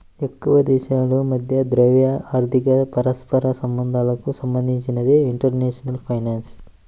ఎక్కువదేశాల మధ్య ద్రవ్య, ఆర్థిక పరస్పర సంబంధాలకు సంబంధించినదే ఇంటర్నేషనల్ ఫైనాన్స్